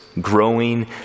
growing